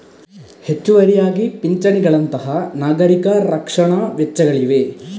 ಹೆಚ್ಚುವರಿಯಾಗಿ ಪಿಂಚಣಿಗಳಂತಹ ನಾಗರಿಕ ರಕ್ಷಣಾ ವೆಚ್ಚಗಳಿವೆ